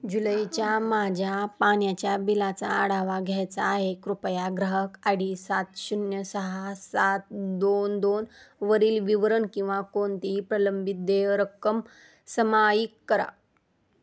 जुलैच्या माझ्या पाण्याच्या बिलाचा आढावा घ्यायचा आहे कृपया ग्राहक आय डी सात शून्य सहा सात दोन दोन वरील विवरण किंवा कोणतीही प्रलंबित देय रक्कम समाईक करा